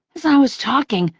as i was talking,